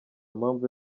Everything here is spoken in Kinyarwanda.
mpamvu